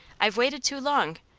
i've waited too long,